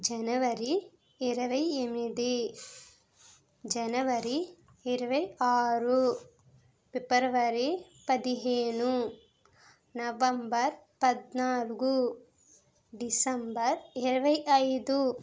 జనవరి ఇరవై ఎనిమిది జనవరి ఇరవై ఆరు ఫిబ్రవరి పదిహేను నవంబర్ పద్నాలుగు డిసెంబర్ ఇరవై ఐదు